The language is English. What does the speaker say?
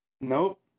Nope